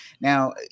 Now